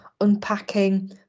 unpacking